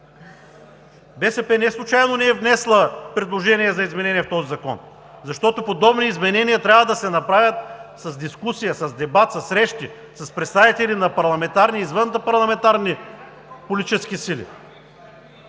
БСП неслучайно не е внесла предложения за изменения в този закон, защото подобни изменения трябва да се направят с дискусия, с дебат, със срещи, с представители на парламентарни и извънпарламентарни политически сили,